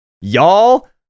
y'all